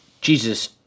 Jesus